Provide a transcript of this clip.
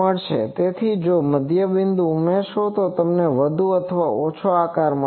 તેથી જો તમે મધ્યબિંદુ ઉમેરશો તો તમને વધુ અથવા ઓછો આકાર મળશે